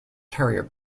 terrier